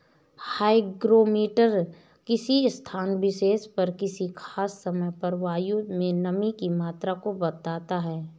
hygrometer किसी स्थान विशेष पर किसी खास समय पर वायु में नमी की मात्रा को बताता है